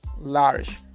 large